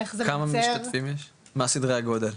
מה סדרי הגודל?